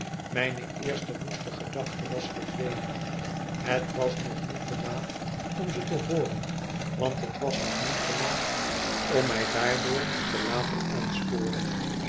mijne eerste woeste gedachte was verdwenen het was nog niet te laat om ze te hooren want het was nog niet te laat om mij daardoor te laten aansporen